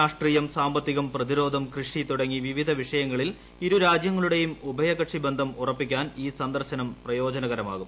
രാഷ്ട്രീയം സാമ്പത്തികം പ്രതിരോധം കൃഷി തുടങ്ങി വിവിധ വിഷയങ്ങളിൽ ഇരുരാജ്യങ്ങളുടെയും ഉഭയകക്ഷി ബന്ധം ഉറപ്പിക്കാൻ ഈ സന്ദർശനം പ്രയോജനകരമാകും